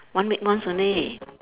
one week once only